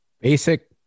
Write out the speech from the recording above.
Basic